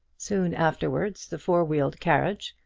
soon afterwards, the four-wheeled carriage,